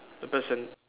the pet cen~